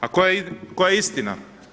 A koja je istina?